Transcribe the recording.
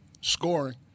scoring